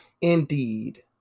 Indeed